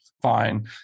Fine